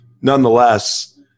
nonetheless